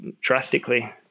drastically